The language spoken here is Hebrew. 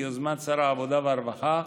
ביוזמת שר העבודה והרווחה,